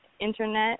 internet